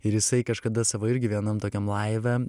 ir jisai kažkada savo irgi vienam tokiam laive